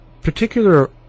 particular